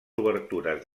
obertures